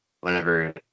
whenever